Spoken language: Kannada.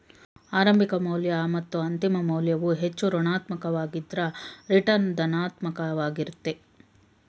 ಆರಂಭಿಕ ಮೌಲ್ಯ ಮತ್ತು ಅಂತಿಮ ಮೌಲ್ಯವು ಹೆಚ್ಚು ಋಣಾತ್ಮಕ ವಾಗಿದ್ದ್ರ ರಿಟರ್ನ್ ಧನಾತ್ಮಕ ವಾಗಿರುತ್ತೆ